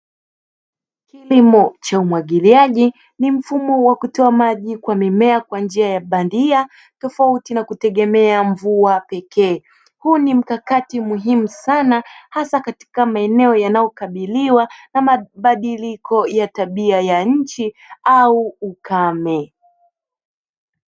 Kilimo cha umwagiliaji ni mfumo wa kutoa maji kwa mimea kwa njia bandia tofauti na kutegemea mvua pekee. Huu ni mkakati muhimu sana hasa katika maeneo yanayokabiliwa na mabadiliko ya tabia ya nchi au ukame.